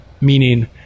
meaning